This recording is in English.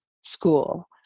school